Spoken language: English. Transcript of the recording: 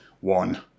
one